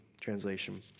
translation